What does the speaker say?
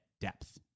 depth